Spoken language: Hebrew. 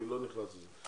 אני לא נכנס לזה.